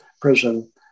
prison